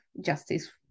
justice